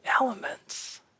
elements